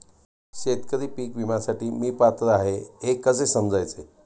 शेतकरी पीक विम्यासाठी मी पात्र आहे हे कसे समजायचे?